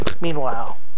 meanwhile